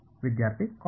ವಿದ್ಯಾರ್ಥಿ ಕಾಸ್